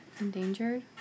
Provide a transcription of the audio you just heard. Endangered